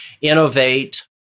innovate